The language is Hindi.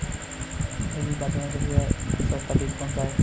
एग्री बाज़ार में सबसे सस्ता बीज कौनसा है?